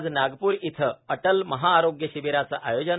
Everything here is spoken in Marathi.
आज नागपूर इथं अटल महाआरोग्य शिबीराचं आयोजन